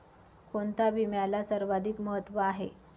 कोणता विम्याला सर्वाधिक महत्व आहे?